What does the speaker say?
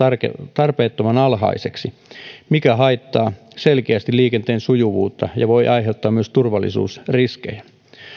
tarpeettoman alhaiseksi mikä haittaa selkeästi liikenteen sujuvuutta ja voi aiheuttaa myös turvallisuusriskejä